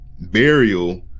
burial